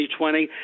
2020